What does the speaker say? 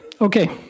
Okay